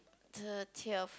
thirtieth